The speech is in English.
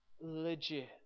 legit